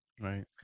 right